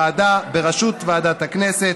ועדה, בראשות ועדת הכנסת.